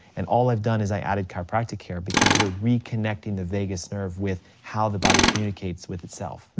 and all i've done is i've added chiropractic care because you're reconnecting the vagus nerve with how the body communicates with itself.